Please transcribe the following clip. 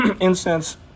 incense